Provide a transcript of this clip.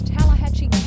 Tallahatchie